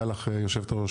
ותודה לך היושבת-ראש,